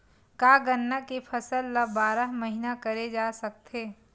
का गन्ना के फसल ल बारह महीन करे जा सकथे?